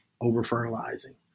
over-fertilizing